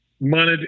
money